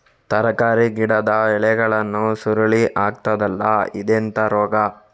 ತರಕಾರಿ ಗಿಡದ ಎಲೆಗಳು ಸುರುಳಿ ಆಗ್ತದಲ್ಲ, ಇದೆಂತ ರೋಗ?